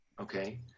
Okay